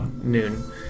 noon